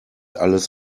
alles